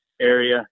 area